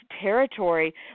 territory